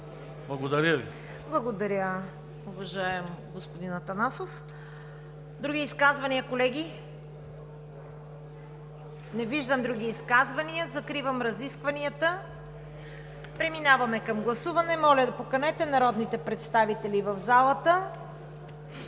КАРАЯНЧЕВА: Благодаря, уважаеми господин Атанасов. Други изказвания, колеги? Не виждам други изказвания. Закривам разискванията. Преминаваме към гласуване. Моля, поканете народните представители в залата.